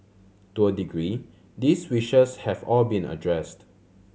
to a degree these wishes have all been addressed